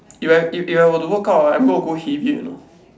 if I if if I were to work out right I'm gonna go heavier you know